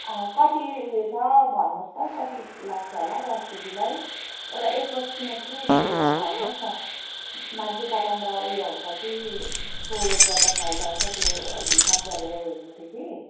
कति ऊ यो छ भन्नुहोस् त कति लाग्छ होला दस केजीलाई एउटा एप्रोक्सिमेट्ली त्यो भन्नुहोस् न म मान्छे पठाउँदा ऊ यो हुन्छ कि कोरियर गर्दा फाइदा हुन्छ त्यो हिसाब गरेर हेर्नु थियो कि